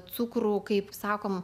cukrų kaip sakom